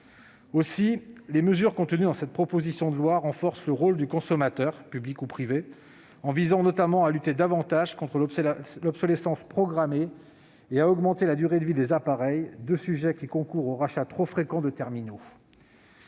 Les mesures contenues dans cette proposition de loi tendent à renforcer le rôle du consommateur- public ou privé -en visant notamment à mieux lutter contre l'obsolescence programmée et à augmenter la durée de vie des appareils, deux sujets qui concourent au rachat trop fréquent de terminaux.